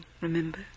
remember